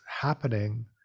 happening